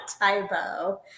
Tybo